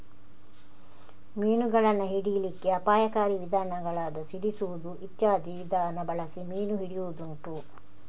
ಮೀನುಗಳನ್ನ ಹಿಡೀಲಿಕ್ಕೆ ಅಪಾಯಕಾರಿ ವಿಧಾನಗಳಾದ ಸಿಡಿಸುದು ಇತ್ಯಾದಿ ವಿಧಾನ ಬಳಸಿ ಮೀನು ಹಿಡಿಯುದುಂಟು